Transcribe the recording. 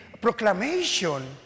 proclamation